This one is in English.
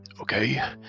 okay